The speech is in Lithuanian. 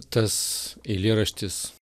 tas eilėraštis